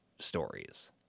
Stories